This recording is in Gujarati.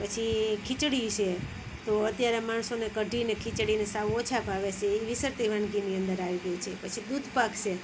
પછી ખીચડી છે તો અત્યારના માણસોને કઢીને ખીચડી ને સાવ ઓછાં ભાવે છે એ વિસરાતી વાનગીની અંદર આવી ગઈ છે પછી દૂધપાક છે